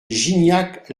gignac